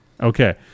Okay